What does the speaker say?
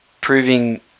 proving